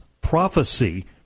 prophecy